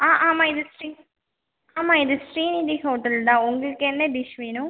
ஆ ஆமாம் இது ஸ்ரீ ஆமாம் இது ஸ்ரீநிதி ஹோட்டல் தான் உங்களுக்கு என்ன டிஷ் வேணும்